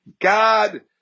God